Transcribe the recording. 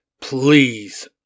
Please